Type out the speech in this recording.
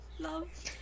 Love